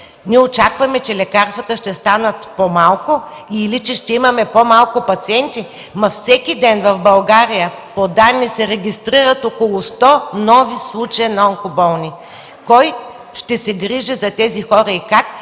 Ние очакваме, че лекарствата ще станат по-малко или че ще имаме по-малко пациенти? Но всеки ден в България – по данни, се регистрират около 100 нови случая на онкоболни. Кой ще се грижи за тези хора и как,